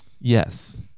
Yes